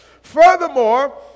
Furthermore